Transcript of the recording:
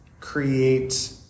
create